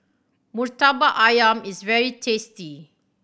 Murtabak Ayam is very tasty